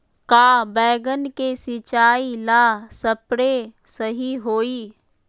का बैगन के सिचाई ला सप्रे सही होई?